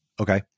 okay